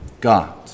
God